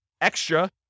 extra